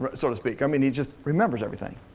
but sort of speak. i mean, he just remembers everything.